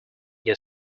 your